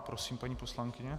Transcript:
Prosím, paní poslankyně.